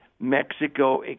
Mexico